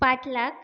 पाच लाख